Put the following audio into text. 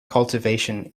cultivation